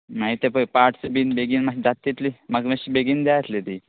माई ते पय पार्ट्स बीन बेगीन माश्शे जात तितली म्हाका माश्शी बेगीन जाय आसली ती